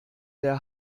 der